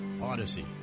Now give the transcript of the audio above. Odyssey